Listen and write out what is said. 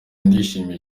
ndishimye